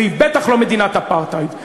והיא בטח לא מדינת אפרטהייד.